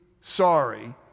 sorry